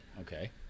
Okay